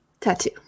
tattoo